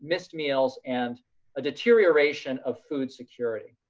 missed meals and a deterioration of food security.